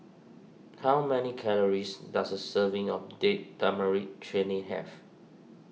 how many calories does a serving of Date Tamarind Chutney have